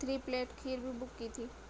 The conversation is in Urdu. تھری پلیٹ کھیر بھی بک کی تھی